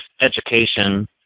education